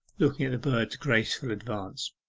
looking at the birds' graceful advance.